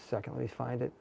secondly find it